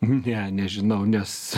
ne nežinau nes